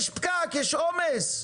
יש פקק, יש עומס.